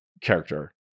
character